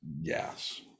yes